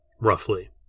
roughly